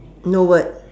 no word